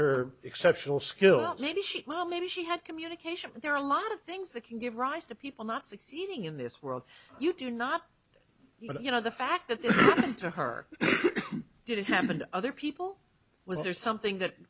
her exceptional skill maybe she well maybe she had communication but there are a lot of things that can give rise to people not succeeding in this world you do not you know the fact that to her did it happen to other people was there something that